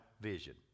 vision